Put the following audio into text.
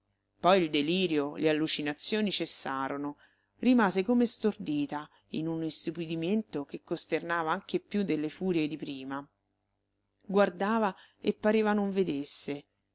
poi il delirio le allucinazioni cessarono rimase come stordita in un istupidimento che costernava anche più delle furie di prima guardava e pareva non vedesse